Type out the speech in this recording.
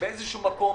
באיזשהו מקום